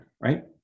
right